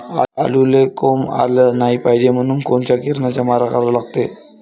आलूले कोंब आलं नाई पायजे म्हनून कोनच्या किरनाचा मारा करा लागते?